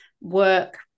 work